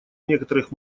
некоторых